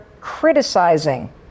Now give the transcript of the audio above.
criticizing